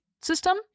system